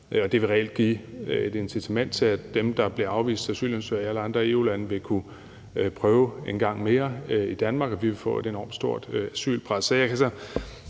det vil reelt give et incitament til, at dem, der har fået afvist deres asylansøgning i alle andre EU-lande, vil kunne prøve en gang mere i Danmark, og vi vil få et enormt stort asylpres.